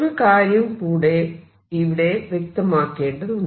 ഒരു കാര്യം കൂടെ ഇവിടെ വ്യക്തമാക്കേണ്ടതുണ്ട്